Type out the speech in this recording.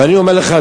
ואני אומר לך,